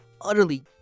utterly